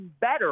better